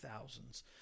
thousands